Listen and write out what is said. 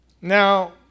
Now